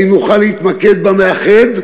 האם נוכל להתמקד במאחד,